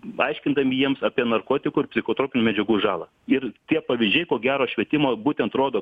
aiškindami jiems apie narkotikų ir psichotropinių medžiagų žalą ir tie pavyzdžiai ko gero švietimo būtent rodo